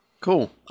Cool